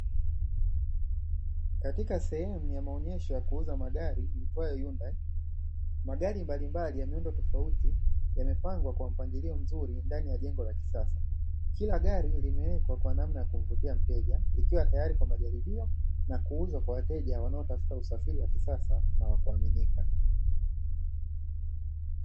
Katika sehemu ya maonyesho ya kuuza magari iitwayo "HYUNDAI", magari mbalimbali ya miundo tofauti yamepangwa kwa mpangilio mzuri ndani ya jengo la kisasa. Kila gari limewekwa kwa namna ya kumvutia mteja, likiwa tayari kwa majaribio na kuuuzwa kwa wateja wanaotafuta usafiri wa kisasa na wa kuaminika.